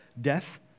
death